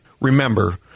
Remember